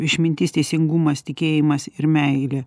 išmintis teisingumas tikėjimas ir meilė